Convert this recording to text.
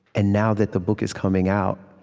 and now that the book is coming out,